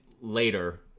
later